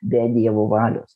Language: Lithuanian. be dievo valios